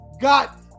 got